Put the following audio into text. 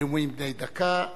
בנאומים בני דקה.